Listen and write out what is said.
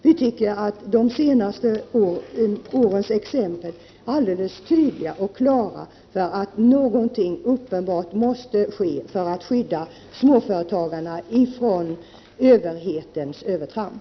Vi anser att de senaste årens exempel visar alldeles klart och tydligt att någonting måste ske för att skydda småföretagarna ifrån överhetens övertramp.